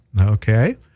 Okay